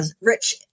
rich